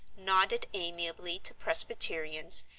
nodded amiably to presbyterians,